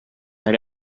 that